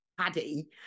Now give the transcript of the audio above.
paddy